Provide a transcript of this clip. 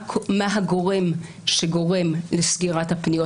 מה הגורם שגורם לסגירת הפניות?